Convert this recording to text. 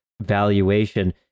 valuation